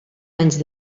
anys